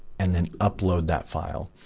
and then upload that file.